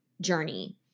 journey